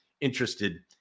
interested